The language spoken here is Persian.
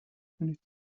کنید